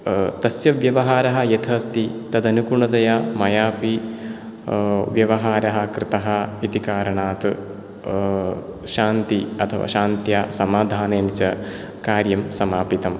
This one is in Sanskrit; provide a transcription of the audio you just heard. तस्य व्यवहारः यथा अस्ति तद् अनुगुणतया मया अपि व्यवहारः कृतः इति कारणात् शान्ति अथवा शान्त्या समाधानेन च कार्यं समापितम्